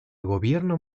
gobierno